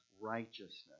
righteousness